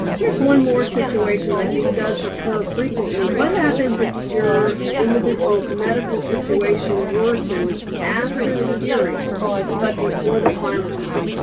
here's one more situation i think does occur frequently. what happens if your individual's medical situation worsens after the hearing but before the final order?